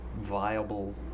viable